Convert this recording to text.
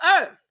earth